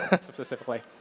specifically